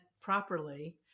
properly